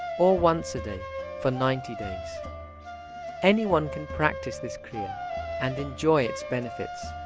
or once a day for ninety days anyone can practice this kriya and enjoy its benefits.